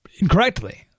incorrectly